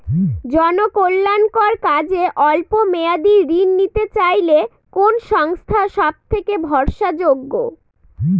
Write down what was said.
জনকল্যাণকর কাজে অল্প মেয়াদী ঋণ নিতে চাইলে কোন সংস্থা সবথেকে ভরসাযোগ্য?